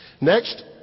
Next